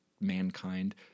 mankind